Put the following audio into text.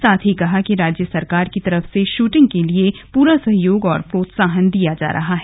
साथ ही कहा कि राज्य सरकार की तरफ से शूटिंग के लिए पूरा सहयोग और प्रोत्साहन दिया जा रहा है